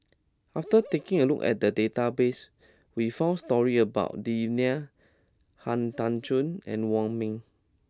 after taking a look at the database we found stories about Devan Nair Han Tan Juan and Wong Ming